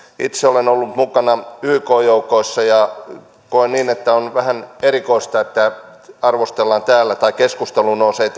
itse olen ollut mukana yk joukoissa ja koen niin että on vähän erikoista että keskusteluun nousevat